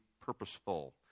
purposeful